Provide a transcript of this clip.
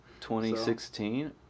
2016